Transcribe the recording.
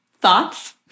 Thoughts